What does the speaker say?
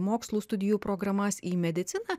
mokslų studijų programas į mediciną